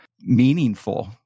meaningful